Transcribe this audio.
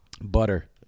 Butter